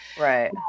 Right